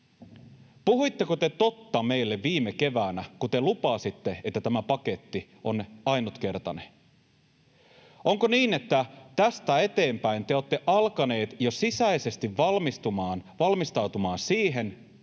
Puhuitteko te totta meille viime keväänä, kun te lupasitte, että tämä paketti on ainutkertainen? Onko niin, että tästä eteenpäin te olette alkaneet jo sisäisesti valmistautumaan siihen,